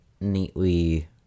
neatly